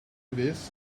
this